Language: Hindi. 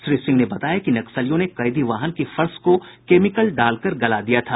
श्री सिंह ने बताया कि नक्सलियों ने कैदी वाहन के फर्श को केमिकल डालकर गला दिया था